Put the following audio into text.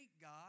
God